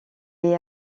est